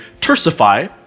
tersify